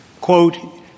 quote